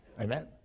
Amen